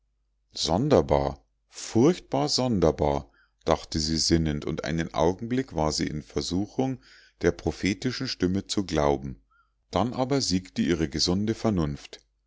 sonderbar furchtbar sonderbar dachte sie sinnend und einen augenblick war sie in versuchung der prophetischen stimme zu glauben dann aber siegte ihre gesunde vernunft